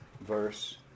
verse